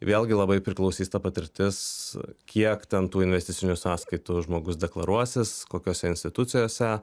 vėlgi labai priklausys ta patirtis kiek ten tų investicinių sąskaitų žmogus deklaruosis kokiose institucijose